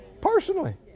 Personally